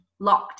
lockdown